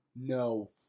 No